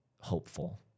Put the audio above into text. hopeful